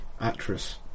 actress